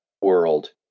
world